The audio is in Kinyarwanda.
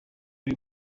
ari